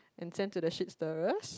and send to the shit stirrers